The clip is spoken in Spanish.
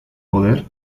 poder